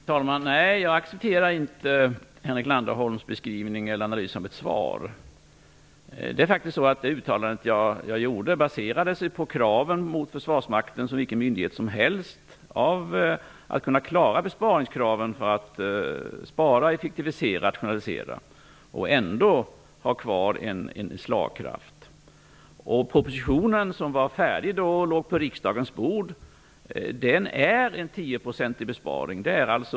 Herr talman! Nej, jag accepterar inte Henrik Landerholms analys av mitt svar. Det uttalande som jag gjorde baserade sig på de krav på Försvarsmakten - som på vilken annan myndighet som helst - att klara besparingskraven för att kunna effektivisera och rationalisera och ändå ha kvar sin slagkraft. Propositionen som då låg på riksdagens bord innebar en 10 procentig besparing.